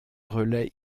relais